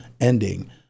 ending